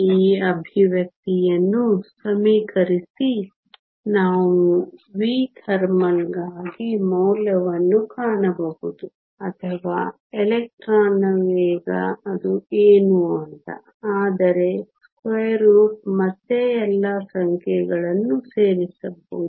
ಈ ಎಕ್ಸ್ಪ್ರೆಶನ್ ಯನ್ನು ಸಮೀಕರಿಸಿ ನಾವು v ಥರ್ಮಲ್ಗಾಗಿ ಮೌಲ್ಯವನ್ನು ಕಾಣಬಹುದು ಅಥವಾ ಎಲೆಕ್ಟ್ರಾನ್ನ ವೇಗ ಅದು ಏನೂ ಅಲ್ಲ ಆದರೆ √❑ ಮತ್ತೆ ಎಲ್ಲಾ ಸಂಖ್ಯೆಗಳನ್ನು ಸೇರಿಸಬಹುದು